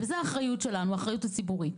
זה האחריות שלנו, האחריות הציבורית.